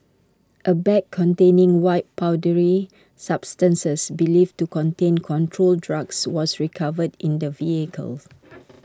A bag containing white powdery substances believed to contain controlled drugs was recovered in the vehicle